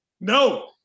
No